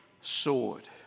sword